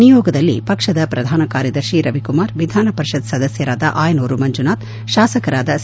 ನಿಯೋಗದಲ್ಲಿ ಪಕ್ಷದ ಪ್ರಧಾನ ಕಾರ್ಯದರ್ಶಿ ರವಿಕುಮಾರ್ ವಿಧಾನ ಪರಿಷತ್ ಸದಸ್ಥರಾದ ಆಯನೂರು ಮಂಜುನಾಥ್ ಶಾಸಕರಾದ ಸಿ